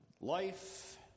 Life